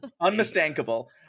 Unmistakable